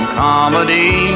comedy